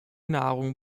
nahrung